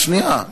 שנייה.